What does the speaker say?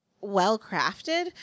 well-crafted